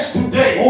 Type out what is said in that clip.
today